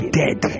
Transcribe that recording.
dead